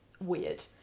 weird